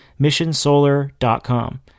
missionsolar.com